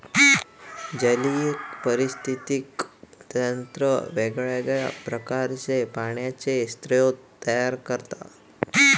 जलीय पारिस्थितिकी तंत्र वेगवेगळ्या प्रकारचे पाण्याचे स्रोत तयार करता